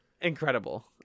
incredible